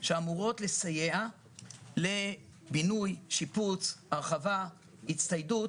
שאמורות לסייע לבינוי, שיפוץ, הרחבה, הצטיידות